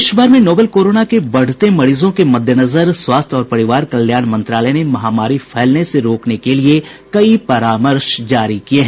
देशभर में novel corona के बढ़ते मरीजों के मद्देनजर स्वास्थ्य और परिवार कल्याण मंत्रालय ने महामारी फैलने से रोकने के लिए कई परामर्श जारी किए हैं